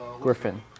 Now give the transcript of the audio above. griffin